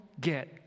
get